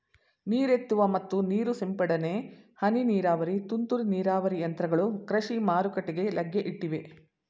ನೀರೆತ್ತುವ ಮತ್ತು ನೀರು ಸಿಂಪಡನೆ, ಹನಿ ನೀರಾವರಿ, ತುಂತುರು ನೀರಾವರಿ ಯಂತ್ರಗಳು ಕೃಷಿ ಮಾರುಕಟ್ಟೆಗೆ ಲಗ್ಗೆ ಇಟ್ಟಿವೆ